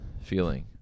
feeling